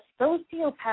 sociopath